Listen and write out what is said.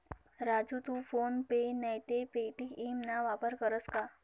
राजू तू PhonePe नैते Paytm ना वापर करस का?